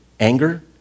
Anger